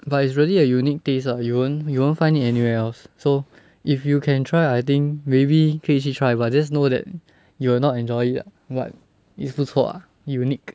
but it's really a unique taste ah you won't you won't find it anywhere else so if you can try I think maybe 可以去 try but just know that you will not enjoy it ah but is 不错 ah unique